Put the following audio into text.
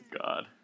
God